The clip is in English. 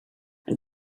and